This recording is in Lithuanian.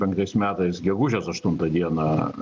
penktais metais gegužės aštuntą dieną